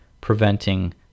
preventing